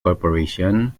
corporation